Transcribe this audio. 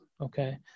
okay